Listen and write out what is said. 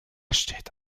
steht